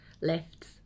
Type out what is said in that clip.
lifts